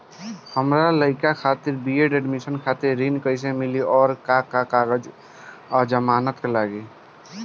हमार लइका खातिर बी.ए एडमिशन खातिर ऋण कइसे मिली और का का कागज आ जमानत लागी?